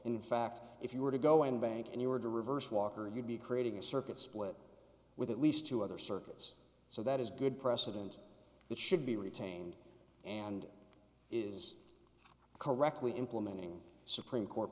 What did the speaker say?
in fact if you were to go and bank and you were to reverse walker you'd be creating a circuit split with at least two other circuits so that is good precedent that should be retained and is correctly implementing supreme court